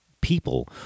people